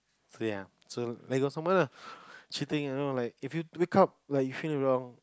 play ah so then go somewhere ah cheating around like if you wake up like you feel wrong